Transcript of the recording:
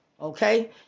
okay